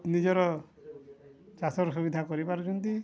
ନିଜର ଚାଷର ସୁବିଧା କରିପାରୁଛନ୍ତି